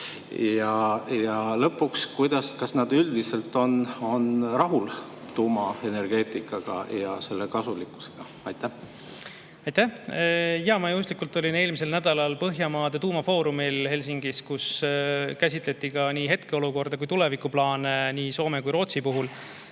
Ja lõpuks, kas nad üldiselt on rahul tuumaenergeetikaga ja selle kasulikkusega? Aitäh! Ma juhuslikult olin eelmisel nädalal Põhjamaade tuumafoorumil Helsingis, kus käsitleti nii hetkeolukorda kui ka tulevikuplaane nii Soome kui ka Rootsi puhul.